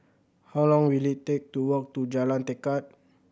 how long will it take to walk to Jalan Tekad